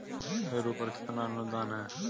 Harrow पर कितना अनुदान है?